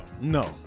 No